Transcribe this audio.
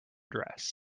dress